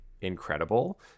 incredible